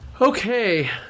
Okay